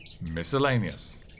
Miscellaneous